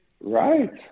Right